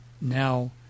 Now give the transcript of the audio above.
now